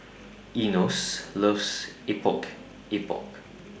Enos loves Epok Epok